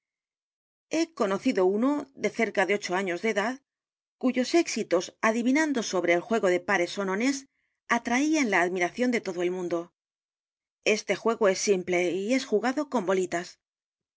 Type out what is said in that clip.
he conocido uno de cerca de ocho años de edad cuyos éxitos adivinando sobre el juego de pares ó nones atraían la admiración de todo el mundo este juego es simple y la carta robada es j u g a d o con bolitas